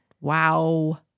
Wow